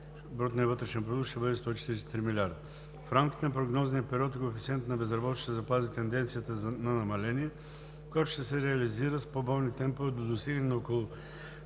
края на тригодишния период БВП ще бъде 143 млрд. лв. В рамките на прогнозния период коефициентът на безработица ще запази тенденцията на намаление, която ще се реализира с по-бавни темпове до достигане на около